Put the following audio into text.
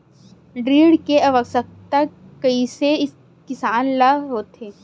ऋण के आवश्कता कइसे इंसान ला होथे?